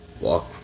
walk